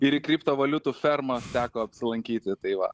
ir į kriptovaliutų fermą teko apsilankyti tai va